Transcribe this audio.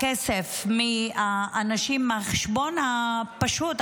הכסף של האנשים בחשבון הפשוט,